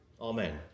Amen